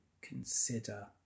consider